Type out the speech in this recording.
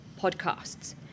podcasts